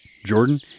Jordan